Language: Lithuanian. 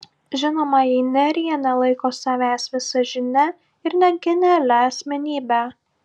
žinoma jei nerija nelaiko savęs visažine ir net genialia asmenybe